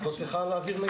את לא צריכה להעביר מידע.